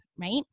right